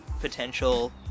potential